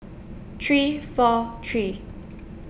three four three